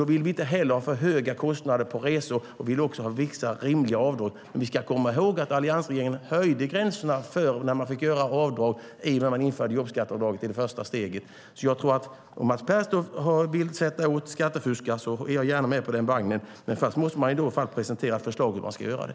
Vi vill då inte ha för höga kostnader för resor, och vi vill också ha vissa rimliga avdrag. Vi ska komma ihåg att alliansregeringen höjde gränserna för när människor fick göra avdrag när man införde jobbskatteavdraget i det första steget. Om Mats Pertoft vill sätta åt skattefuskare är jag gärna med på den vagnen. Men först måste man presentera förslag för hur man ska göra det.